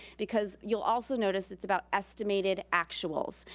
because you'll also notice it's about estimated actuals.